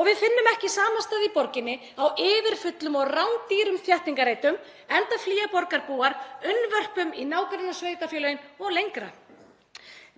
og við finnum ekki samastað í borginni á yfirfullum og rándýrum þéttingarreitum enda flýja borgarbúar unnvörpum í nágrannasveitarfélögin og lengra.